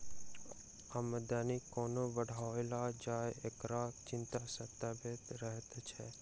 आमदनी कोना बढ़ाओल जाय, एकरो चिंता सतबैत रहैत छै